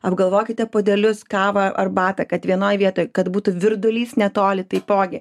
apgalvokite puodelius kavą arbatą kad vienoj vietoj kad būtų virdulys netoli taipogi